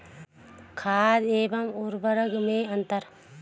खाद एवं उर्वरक में अंतर?